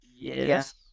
Yes